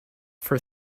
for